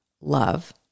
love